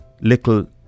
little